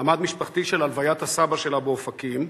מעמד משפחתי של הלוויית הסבא שלה באופקים,